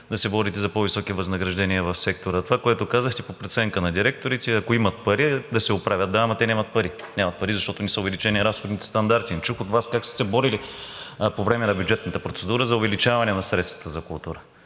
да говорите за по-високи възнаграждения в сектора. Това, което казахте – по преценка на директорите, ако имат пари – да се оправят. Да, ама те нямат пари. А нямат пари, защото не са увеличени разходните стандарти. Не чух от Вас как сте се борили по време на бюджетната процедура за увеличаване на средствата за култура.